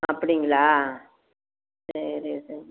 அப்படிங்களா சரி சரி